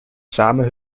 samen